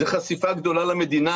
זה חשיפה גדולה למדינה,